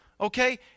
Okay